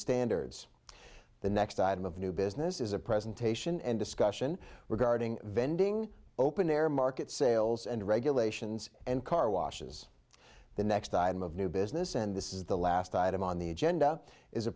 standards the next item of new business is a presentation and discussion regarding vending open air market sales and regulations and car washes the next item of new business and this is the last item on the agenda is a